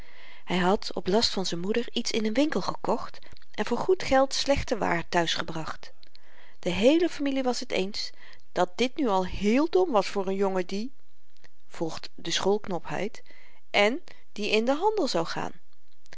hy had op last van z'n moeder iets in n winkel gekocht en voor goed geld slechte waar thuis gebracht de heele familie was t eens dat dit nu al heel dom was voor n jongen die volgt de schoolknapheid en die in den handel zou gaan